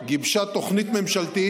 גיבשה תוכנית ממשלתית